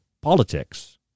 politics